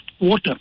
water